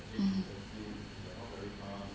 mm